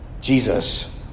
Jesus